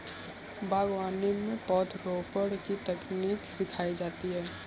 बागवानी में पौधरोपण की तकनीक सिखाई जाती है